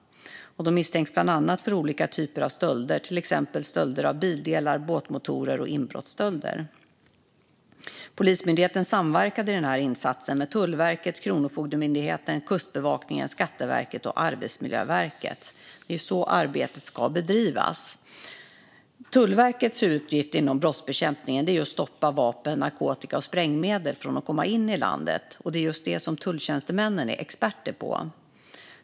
De misstänks bland annat för olika typer av stölder, till exempel stölder av bildelar och båtmotorer samt inbrottsstölder. Polismyndigheten samverkade i den här insatsen med Tullverket, Kronofogdemyndigheten, Kustbevakningen, Skatteverket och Arbetsmiljöverket. Det är så arbetet ska bedrivas. Tullverkets huvuduppgift inom brottsbekämpningen är att stoppa vapen, narkotika och sprängmedel från att komma in i landet, och det är just detta som tulltjänstemännen är experter på.